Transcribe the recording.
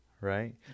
right